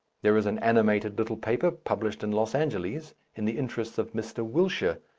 there is an animated little paper published in los angeles in the interests of mr. wilshire,